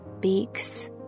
beaks